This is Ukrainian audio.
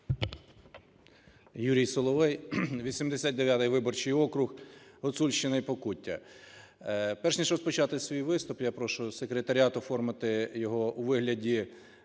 Юрій Соловей, 89 виборчий округ, Гуцульщина і Покуття. Перш ніж розпочати свій виступ, я прошу секретаріат оформити його у вигляді